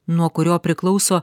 nuo kurio priklauso